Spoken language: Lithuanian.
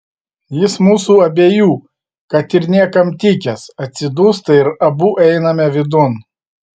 jis mūsų abiejų kad ir niekam tikęs atsidūsta ir abu einame vidun